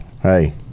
hey